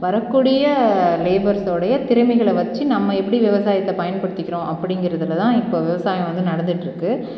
வரக்கூடிய லேபர்ஸ் உடைய திறமைகளை வச்சு நம்ம எப்படி விவசாயத்தை பயன்படுத்திக்கிறோம் அப்படிங்கிறதுல தான் இப்போ விவசாயம் வந்து நடந்திட்டுருக்குது